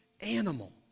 animal